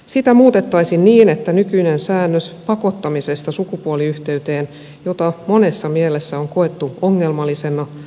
sitä muutettaisiin niin että nykyinen säännös pakottamisesta sukupuoliyhteyteen joka monessa mielessä on koettu ongelmallisena kumottaisiin